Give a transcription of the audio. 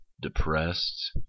depressed